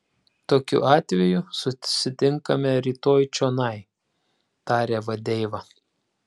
tokiu atveju susitinkame rytoj čionai tarė vadeiva